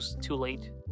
too-late